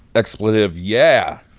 expletive yeah.